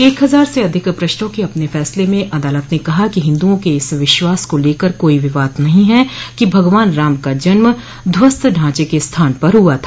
एक हजार से अधिक प्रष्ठों के अपने फैसले में अदालत ने कहा कि हिन्दुओं के इस विश्वास को लेकर कोई विवाद नहीं है कि भगवान राम का जन्म ध्वस्त ढांचे के स्थान पर हुआ था